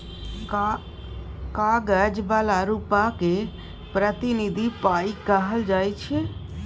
कागज बला रुपा केँ प्रतिनिधि पाइ कहल जाइ छै